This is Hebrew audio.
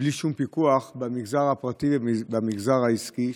ובלי שום פיקוח במגזר הפרטי ובמגזר העסקי.